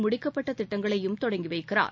முடிக்கப்பட்ட திட்டங்களையும் தொடக்கி வைக்கிறார்